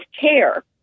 care